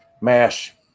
Mash